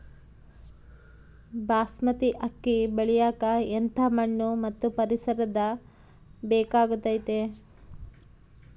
ಬಾಸ್ಮತಿ ಅಕ್ಕಿ ಬೆಳಿಯಕ ಎಂಥ ಮಣ್ಣು ಮತ್ತು ಪರಿಸರದ ಬೇಕಾಗುತೈತೆ?